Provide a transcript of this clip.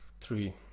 Three